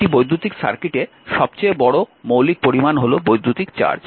একটি বৈদ্যুতিক সার্কিটে সবচেয়ে মৌলিক পরিমাণ হল বৈদ্যুতিক চার্জ